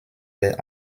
der